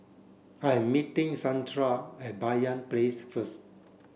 I'm meeting Zandra at Banyan Place first